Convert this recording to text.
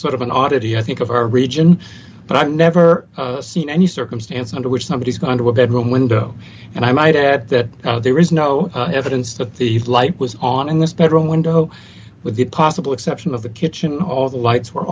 sort of an oddity i think of our region but i've never seen any circumstance under which somebody is going to a bedroom window and i might add that there is no evidence that the light was on in this bedroom window with the possible exception of the kitchen all the lights were